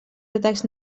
atacs